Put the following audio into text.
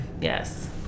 Yes